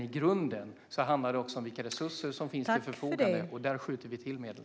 I grunden handlar det dock om vilka resurser som står till förfogande. Där skjuter vi till medel.